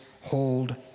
hold